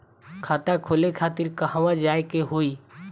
खाता खोले खातिर कहवा जाए के होइ?